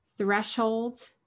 threshold